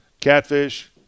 Catfish